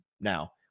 now